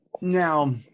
Now